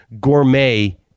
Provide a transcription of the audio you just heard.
gourmet